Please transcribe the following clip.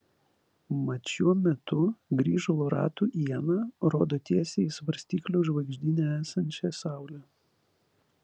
mat šiuo metu grįžulo ratų iena rodo tiesiai į svarstyklių žvaigždyne esančią saulę